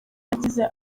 yagize